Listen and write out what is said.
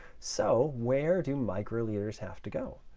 so where do microliters have to go?